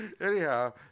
Anyhow